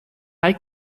hay